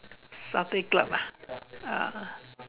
satay club ah ah